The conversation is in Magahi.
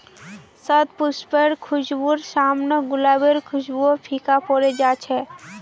शतपुष्पेर खुशबूर साम न गुलाबेर खुशबूओ फीका पोरे जा छ